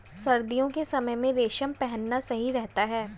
सर्दियों के समय में रेशम पहनना सही रहता है